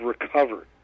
recovered